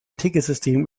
ticketsystem